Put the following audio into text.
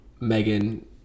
Megan